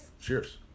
Cheers